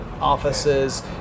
offices